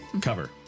cover